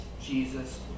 Jesus